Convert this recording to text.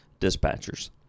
dispatchers